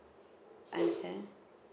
understand